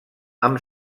amb